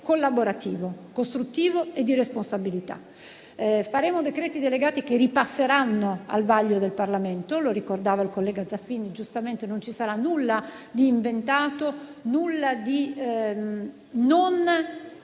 collaborativo, costruttivo e di responsabilità. Sulla fase attuativa, faremo decreti delegati che passeranno al vaglio del Parlamento. Come ricordava il collega Zaffini, giustamente, non ci sarà nulla di inventato, nulla di non sottoposto